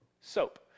soap